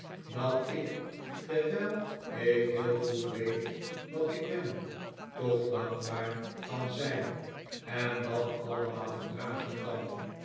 dat ik terwijl ik heel goed weet wat ik ben toch dankbaar kan zijn en dat allemaal verdragen kan